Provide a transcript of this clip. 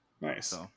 Nice